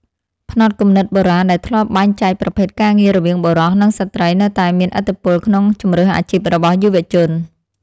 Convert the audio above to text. ផ្នត់គំនិតបុរាណដែលធ្លាប់បែងចែកប្រភេទការងាររវាងបុរស និងស្ត្រីនៅតែមានឥទ្ធិពលក្នុងជម្រើសអាជីពរបស់យុវជន។